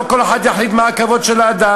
לא כל אחד יחליט מה הכבוד של האדם.